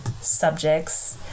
subjects